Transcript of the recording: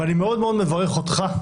אני מאוד-מאוד מברך אותך,